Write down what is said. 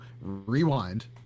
rewind